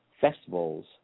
festivals